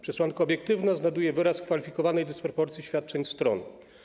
Przesłanka obiektywna znajduje wyraz w kwalifikowanej dysproporcji świadczeń stron.